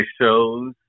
shows